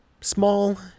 small